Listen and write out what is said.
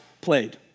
played